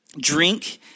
drink